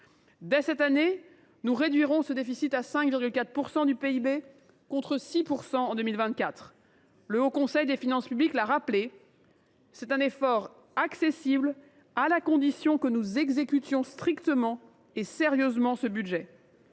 Dès cette année, nous réduirons ce déficit à 5,4 % du PIB, contre 6 % en 2024. Le Haut Conseil des finances publiques (HCFP) a rappelé que cet effort était accessible, à la condition que nous exécutions strictement et sérieusement ce budget.